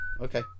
Okay